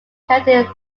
county